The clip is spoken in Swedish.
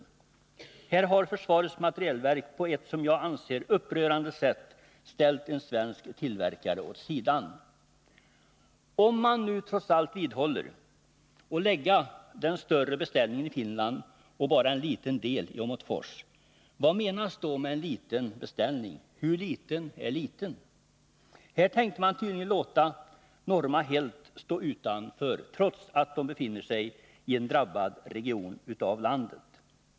Här har Projektilfabrik i försvarets materielverk på ett upprörande sätt ställt en svensk tillverkare åt Åmotfors sidan. För den händelse man nu trots allt håller fast vid sin avsikt att lägga den större beställningen i Finland och bara en liten del i Åmotfors skulle jag vilja fråga: Vad menas då med en liten beställning? Hur liten är en liten beställning? Här tänkte man tydligen låta Norma helt stå utanför, trots att fabriken ligger i en drabbad region av landet.